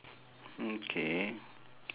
mm K